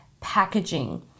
packaging